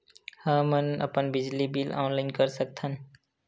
हमन अपन बिजली बिल ऑनलाइन कर सकत हन?